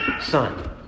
son